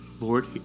Lord